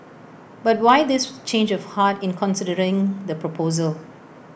but why this change of heart in considering the proposal